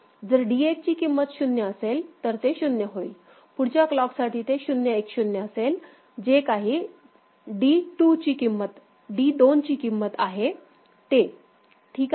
जर D1 ची किंमत 0 असेल तर ते 0 होईल पुढच्या क्लॉक साठी ते 0 1 0 असेल जे काही D2 ची किंमत आहे ते ठीक आहे